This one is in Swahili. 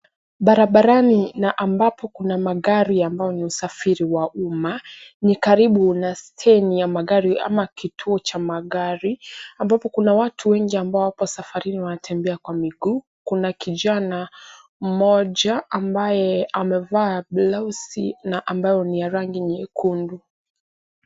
Barabarani na ambapo kuna magari ambayo ni ya usafiri wa umma, ni karibu na steji ya magari ama kituo cha magari ambapo kuna watu wengi ambao wapo safarini wanatembea kwa miguu. Kuna kijana mmoja ambaye amevaa blausi na ambayo ni ya rangi nyekundu.